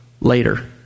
later